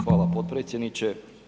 Hvala potpredsjedniče.